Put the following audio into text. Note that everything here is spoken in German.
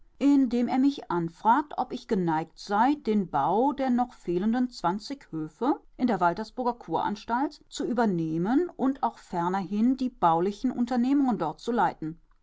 dem er mich anfragt ob ich geneigt sei den bau der noch fehlenden zwanzig höfe in der waltersburger kuranstalt zu übernehmen und auch fernerhin die baulichen unternehmungen dort zu leiten